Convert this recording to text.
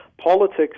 Politics